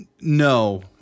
No